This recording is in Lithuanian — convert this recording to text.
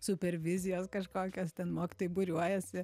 super vizijos kažkokios ten mokytojai būriuojasi